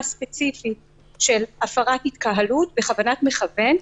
ספציפית של הפרת התקהלות בכוונת מכוון,